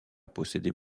possédait